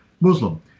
Muslim